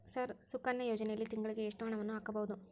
Sir Sukanya ಯೋಜನೆಯಲ್ಲಿ ತಿಂಗಳಿಗೆ ಎಷ್ಟು ಹಣವನ್ನು ಹಾಕಬಹುದು?